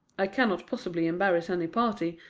i cannot possibly embarrass any party,